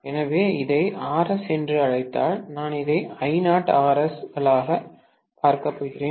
எனவே இதை நான் Rs என்று அழைத்தால் நான் இதை I0Rs களாகப் பார்க்கப் போகிறேன்